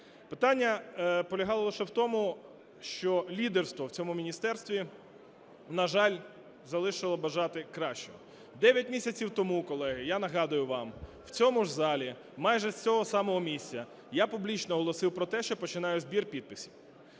Питання полягало лише в тому, що лідерство в цьому міністерстві, на жаль, залишило бажати кращого. Дев'ять місяців тому, колеги, я нагадую вам, в цьому ж залі майже з цього самого місця я публічно оголосив про те, що я починаю збір підписів.